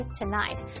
tonight